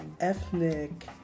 ethnic